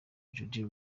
judi